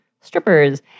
Strippers